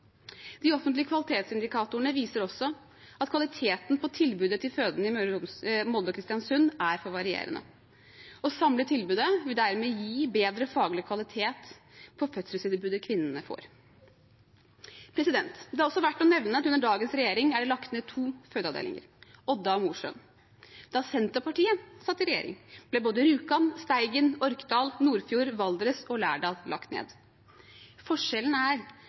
De offentlige kvalitetsindikatorene viser også at kvaliteten på tilbudet til fødende i Molde og Kristiansund er for varierende. Å samle tilbudet vil dermed gi bedre faglig kvalitet på fødselstilbudet kvinnene får. Det er også verdt å nevne at det under dagens regjering er lagt ned to fødeavdelinger, Odda og Mosjøen. Da Senterpartiet satt i regjering, ble både Rjukan, Steigen, Orkdal, Nordfjord, Valdres og Lærdal lagt ned. Forskjellen er